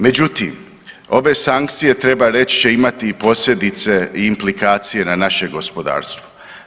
Međutim, ove sankcije treba reći će imati posljedice i implikacije na naše gospodarstvo.